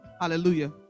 Hallelujah